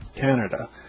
Canada